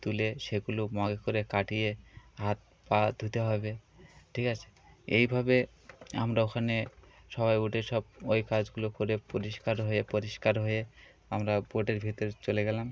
তুলে সেগুলো মগে করে কাটিয়ে হাত পা ধুতে হবে ঠিক আছে এইভাবে আমরা ওখানে সবাই উটে সব ওই কাজগুলো করে পরিষ্কার হয়ে পরিষ্কার হয়ে আমরা বোটের ভিতরে চলে গেলাম